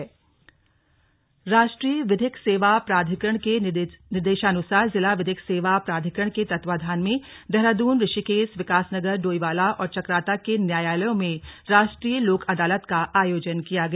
लोक अदालत राष्ट्रीय विधिक सेवा प्राधिकरण के निर्देशानुसार जिला विधिक सेवा प्राधिकरण के तत्वाधान में देहरादून ऋषिकेश विकास नगर डोईवाला और चकराता के न्यायालयों में राष्ट्रीय लोक अदालत का आयोजन किया गया